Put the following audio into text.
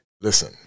Listen